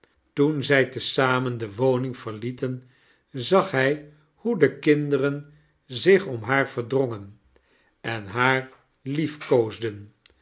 toen zdj t zamen de woning verlieten zag hij hoe de kinderen zich om haar verdrongen en haar